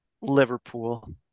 Liverpool